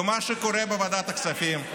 במה שקורה בוועדת הכספים.